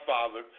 Father